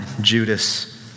Judas